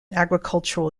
agricultural